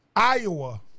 Iowa